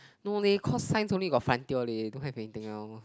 no leh cause science only got frontier don't have anything else